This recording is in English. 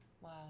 Wow